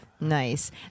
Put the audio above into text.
Nice